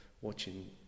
watching